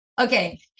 Okay